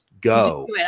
go